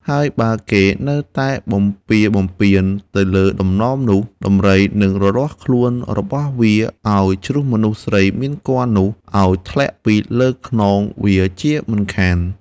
ហើយបើគេនៅតែបំពារបំពានទៅលើតំណមនោះ ដំរីនិងរលាស់ខ្លួនរបស់វាឱ្យជ្រុះមនុស្សស្រីមានគភ៌នោះឱ្យធ្លាក់ពីលើខ្នងវាជាមិនខាន។